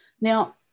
Now